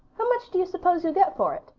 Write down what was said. how much do you suppose you'll get for it?